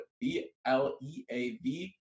B-L-E-A-V